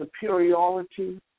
superiority